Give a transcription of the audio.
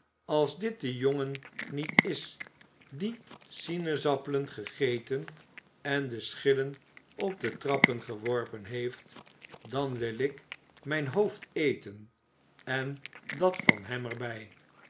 als dit de jongen niet is die sinaasappelen gegeten en de schillen op de trappen geworpen heeft dan wil ik mijn hoofd eten en dat van hem er